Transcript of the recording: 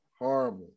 Horrible